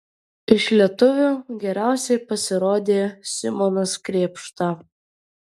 iš lietuvių geriausiai pasirodė simonas krėpšta